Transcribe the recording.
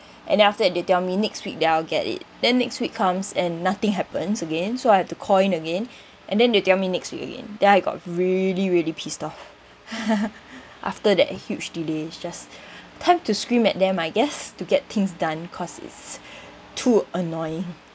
and then after that they tell me next week that I'll get it then next week comes and nothing happens again so I had to call in again and then they'll tell me next week again then I got really really pissed off after that huge delays just time to scream at them I guess to get things done cause it's too annoying